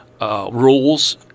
Rules